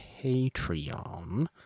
Patreon